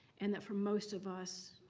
and that for most of us,